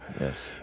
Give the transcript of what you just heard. Yes